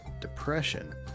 depression